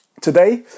Today